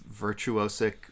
virtuosic